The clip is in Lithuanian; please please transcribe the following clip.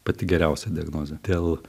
pati geriausia diagnozė dėl